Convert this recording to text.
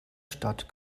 stadt